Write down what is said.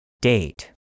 Date